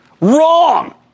Wrong